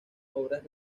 obras